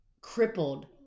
crippled